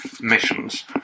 missions